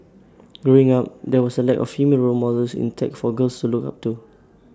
growing up there was A lack of female role models in tech for girls to look up to